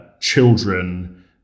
children